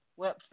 website